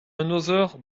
another